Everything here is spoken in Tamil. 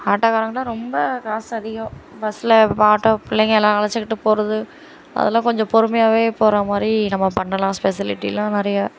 ஆட்டோகாரங்களாம் ரொம்ப காசு அதிகம் பஸ்ஸில் ஆட்டோ பிள்ளைங்களாம் அழைச்சுக்கிட்டு போகிறது அதெல்லாம் கொஞ்சம் பொறுமையாவே போகிற மாதிரி நம்ம பண்ணலாம் ஸ்பெசிலிட்டிலாம் நிறைய